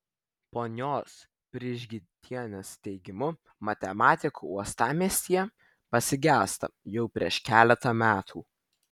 ponios prižgintienės teigimu matematikų uostamiestyje pasigesta jau prieš keletą metų